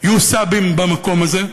יהיו סבים במקום הזה,